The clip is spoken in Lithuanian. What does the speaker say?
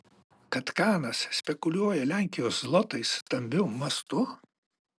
kad kanas spekuliuoja lenkijos zlotais stambiu mastu